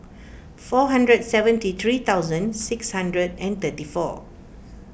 four hundred and seventy three thousand six hundred and thirty four